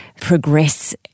progress